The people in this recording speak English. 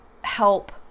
help